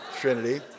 Trinity